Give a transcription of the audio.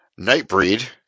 Nightbreed